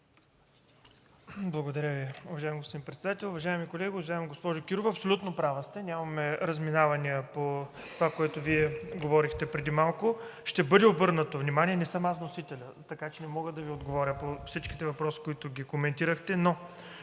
Благодаря Ви, уважаеми господин Председател. Уважаеми колеги! Уважаема госпожо Кирова, абсолютно права сте, нямаме разминавания по това, което Вие говорихте преди малко, ще бъде обърнато внимание. Не съм вносителят, така че не мога да Ви отговоря по всичките въпроси, които ги коментирахте, но